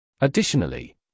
Additionally